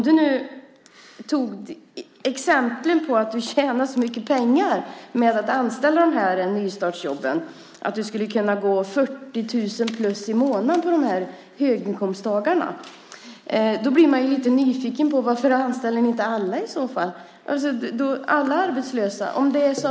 Du tog fram exempel på att du tjänar så mycket pengar på att anställa i dessa nystartsjobb - 40 000 plus i månaden på dessa höginkomsttagare. Då blir man lite nyfiken på varför inte alla arbetslösa anställs.